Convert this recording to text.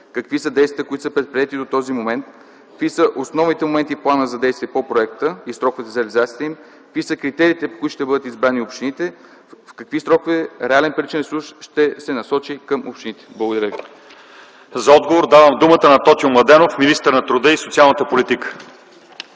Какви са действията, които са предприети до този момент? Какви са основните моменти в плана за действие по проекта и сроковете за реализацията им? Кои са критериите по които ще бъдат избрани общините? В какви срокове реален паричен ресурс ще се насочи към общините? Благодаря ви. ПРЕДСЕДАТЕЛ ЛЪЧЕЗАР ИВАНОВ: За отговор давам думата на Тотю Младенов – министър на труда и социалната политика.